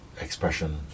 expression